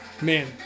Man